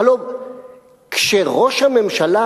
הלוא כשראש הממשלה,